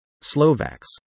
Slovaks